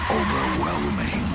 overwhelming